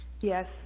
yes